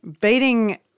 beating